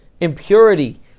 impurity